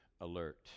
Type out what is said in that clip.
alert